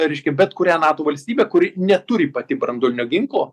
reiškia bet kurią nato valstybę kuri neturi pati branduolinio ginklo